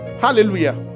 hallelujah